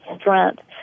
strength